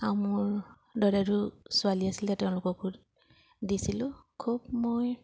আৰু মোৰ দদাইদেউৰ ছোৱালী আছিলে তেওঁলোককো দিছিলোঁ খুব মই